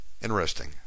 interesting